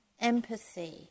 empathy